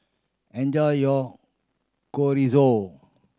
enjoy your Chorizo